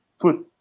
food